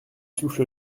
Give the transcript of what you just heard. souffle